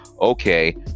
okay